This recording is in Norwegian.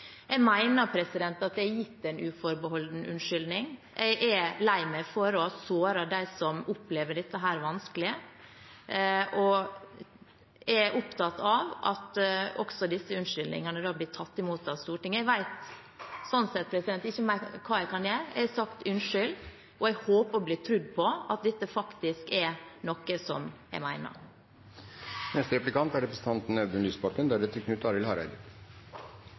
Jeg mener at jeg har gitt en uforbeholden unnskyldning. Jeg er lei meg for å ha såret dem som opplever dette vanskelig, og jeg er opptatt av at disse unnskyldningene blir tatt imot av Stortinget. Jeg vet sånn sett ikke hva mer jeg kan gjøre. Jeg har sagt unnskyld, og jeg håper å bli trodd på at det faktisk er noe jeg mener. Jeg tror på statsråden når hun sier at hun mener dette, men jeg er